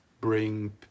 bring